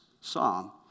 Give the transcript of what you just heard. psalm